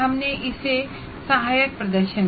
हमने इसे 1 assisted performance कहा